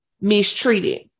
mistreated